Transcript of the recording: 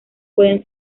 pueden